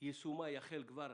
שיישומה יחל כבר